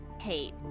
hate